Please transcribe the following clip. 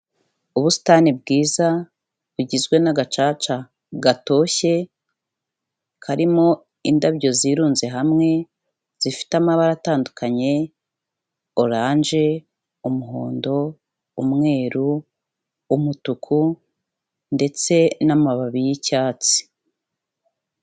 Ubusitani bwiza bugizwe n'agacaca gatoshye, karimo indabyo zirunze hamwe, zifite amabara atandukanye oranje, umuhondo, umweru, umutuku ndetse n'amababi y'icyatsi.